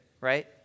right